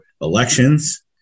elections